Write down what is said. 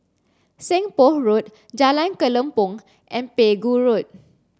Seng Poh Road Jalan Kelempong and Pegu Road